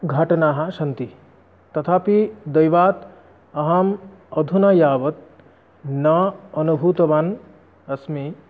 घटनाः सन्ति तथापि दैवात् अहम् अधुना यावत् न अनुभूतवान् अस्मि